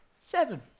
Seven